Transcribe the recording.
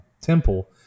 temple